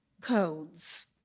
codes